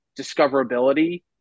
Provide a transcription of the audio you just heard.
discoverability